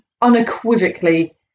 unequivocally